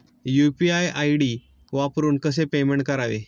UPI ID वापरून कसे payment करावे?